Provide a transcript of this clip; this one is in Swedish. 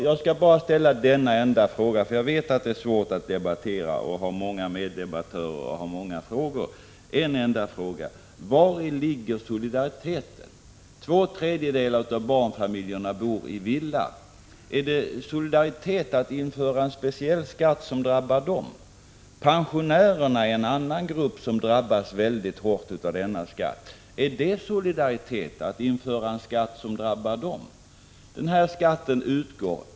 Jag skall bara ställa en enda fråga, eftersom jag vet att det är svårt att ha många meddebattörer och många frågor: Vari ligger solidariteten? Två tredjedelar av barnfamiljerna bor i villa. Är det solidaritet att införa en speciell skatt som drabbar dem? Pensionärerna är en annan grupp som drabbas mycket hårt av extra skatt. Är det solidaritet att införa en skatt som drabbar dem?